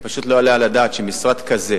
פשוט לא יעלה על הדעת שמשרד כזה,